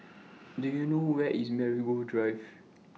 Do YOU know Where IS Marigold Drive